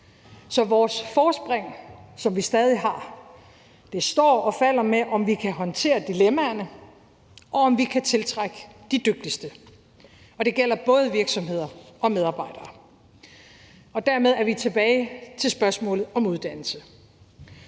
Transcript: Så vores forspring, som vi stadig har, står og falder med, om vi kan håndtere dilemmaerne, og om vi kan tiltrække de dygtigste, og det gælder både virksomheder og medarbejdere. Kl. 12:34 Dermed er vi tilbage ved spørgsmålet om uddannelse.